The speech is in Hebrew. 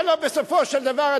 הלוא בסופו של דבר,